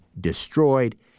Destroyed